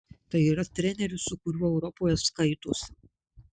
tai yra treneris su kuriuo europoje skaitosi